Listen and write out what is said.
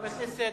חבר הכנסת